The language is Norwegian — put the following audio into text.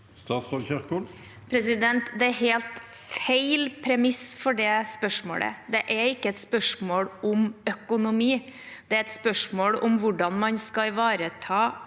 Det er helt feil premiss for det spørsmålet. Det er ikke et spørsmål om økonomi, det er et spørsmål om hvordan man skal ivareta